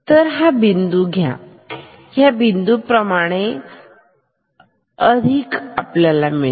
तरहा बिंदू ह्या बिंदूप्रमाणे अधिक असेल